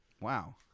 Wow